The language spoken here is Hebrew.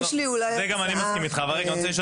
לזה גם אני מסכים איתך אבל אני רוצה לשאול